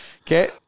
Okay